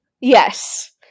Yes